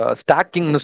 stacking